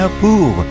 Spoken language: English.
pour